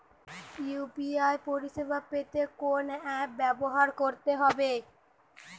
UPI পরিসেবা পেতে কোন অ্যাপ ব্যবহার করতে হবে?